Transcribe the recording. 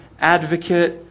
advocate